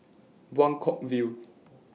Buangkok View